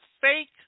Fake